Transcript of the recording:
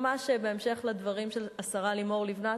ממש בהמשך לדברים של השרה לימור לבנת,